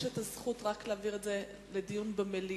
יש זכות להעביר את הנושא רק לדיון במליאה,